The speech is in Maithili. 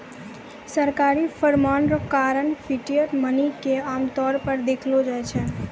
सरकारी फरमान रो कारण फिएट मनी के आमतौर पर देखलो जाय छै